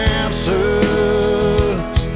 answers